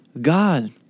God